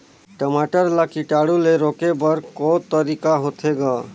टमाटर ला कीटाणु ले रोके बर को तरीका होथे ग?